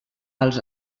als